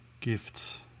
gifts